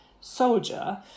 soldier